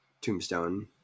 tombstone